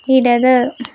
ഇടത്